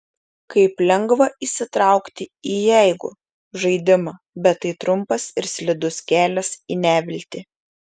kaip lengva įsitraukti į jeigu žaidimą bet tai trumpas ir slidus kelias į neviltį